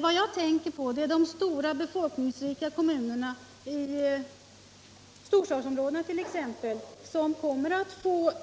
Vad jag tänker på är de stora, befolkningsrika kommunerna i t.ex. storstadsområdena för vilka